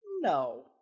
no